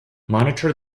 monitor